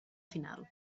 final